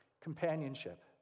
companionship